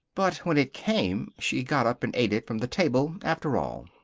but when it came she got up and ate it from the table, after all.